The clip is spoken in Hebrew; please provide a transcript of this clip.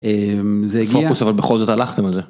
אבל בכל זאת הלכתם על זה.